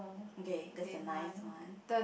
okay that's a nice one